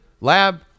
Lab